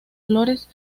flores